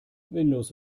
windows